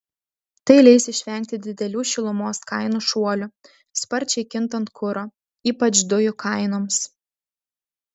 tai leis išvengti didelių šilumos kainų šuolių sparčiai kintant kuro ypač dujų kainoms